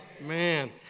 man